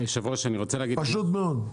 פשוט מאוד.